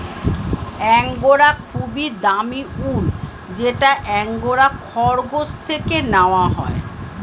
angora খুবই দামি উল যেটা অ্যাঙ্গোরা খরগোশ থেকে নেওয়া হয়